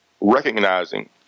recognizing